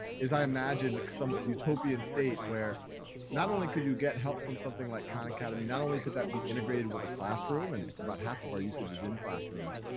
is i imagined a somewhat utopian state where not only could you get help from something like khan academy, not only could that be integrated with a classroom and about half of our usages in classrooms,